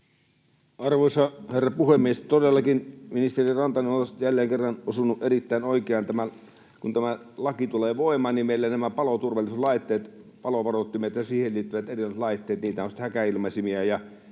Arvoisa herra puhemies! Todellakin ministeri Rantanen on jälleen kerran osunut erittäin oikeaan. Kun tämä laki tulee voimaan, niin meillä nämä paloturvallisuuslaitteet — palovaroittimet ja niihin liittyvät erillislaitteet: niitä ovat sitten